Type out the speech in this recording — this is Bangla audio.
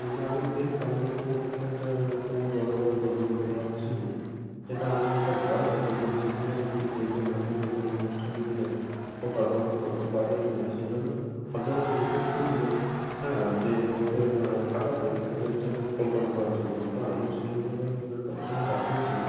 হুম আমি দেখতাম ওর মধ্যে ওর মধ্যে একটা কেমন জড়তা দুর্বলতা ভাব ছিল সেটা আমি ওটা ভয় হতো খুব যে কীভাবে কী করবে না করবে কোনো অনুষ্ঠানে গেলে ও পারফরমেন্স করতে পারবে কি না সেজন্য আপনি আমাকে রিকোয়েস্ট করেছিলেন হ্যাঁ যে ওকে পাঠাতে স্টেজে প্রোগ্রাম করার জন্য তা আমি সেই ভাবে আপনার কথা শুনে পাঠিয়েছিলাম